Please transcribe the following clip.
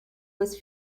was